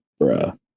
bruh